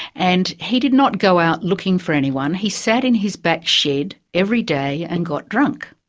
and he did not go out looking for anyone, he sat in his back shed every day and got drunk.